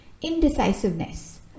indecisiveness